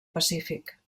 pacífic